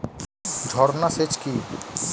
ঝর্না সেচ কি?